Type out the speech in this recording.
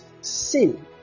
sin